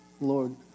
Lord